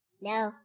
No